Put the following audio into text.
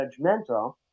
judgmental